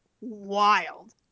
wild